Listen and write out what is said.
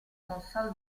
console